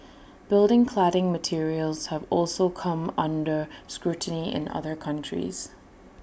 building cladding materials have also come under scrutiny in other countries